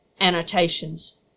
annotations